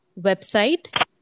website